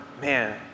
man